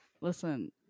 Listen